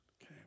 Okay